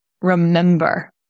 remember